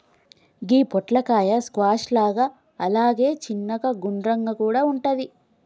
గి పొట్లకాయ స్క్వాష్ లాగా అలాగే చిన్నగ గుండ్రంగా కూడా వుంటది